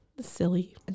silly